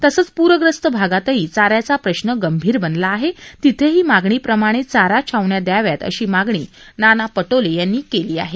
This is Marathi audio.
तसंच पूरग्रस्त भागातही चा याचा प्रश्न गंभीर बनला आहे तिथेही मागणीप्रमाणे चारा छावण्या दयाव्यात अशी मागणी नाना पटोले यांनी केली आहे